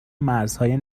مرزهای